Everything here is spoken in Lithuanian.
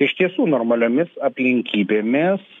iš tiesų normaliomis aplinkybėmis